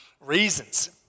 reasons